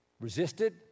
Resisted